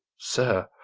sir,